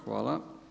Hvala.